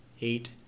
Eight